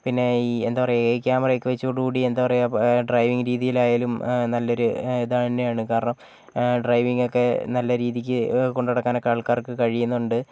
പിന്നെ ഈ എന്താ പറയാ എ ഐ ക്യാമെറയൊക്കെ വെച്ചതോടുകൂടി എന്താ പറയാ ഡ്രൈവിംഗ് രീതിയിലായാലും ഏഹ് നല്ലൊരു ഏഹ് ഇതുതന്നെയാണ് കാരണം ഡ്രൈവിങ്ങൊക്കെ നല്ല രീതിക്ക് കൊണ്ടുനടക്കാനൊക്കെ ആൾക്കാർക്ക് കഴിയുന്നുണ്ട്